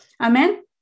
Amen